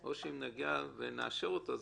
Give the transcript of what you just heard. או שאם נאשר אותו,